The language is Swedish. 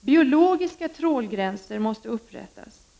Biologiska trålgrän ser måste upprättas.